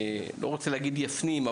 לא רוצה להגיד יפנים,